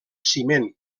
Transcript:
ciment